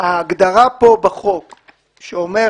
ההגדרה פה בתקנה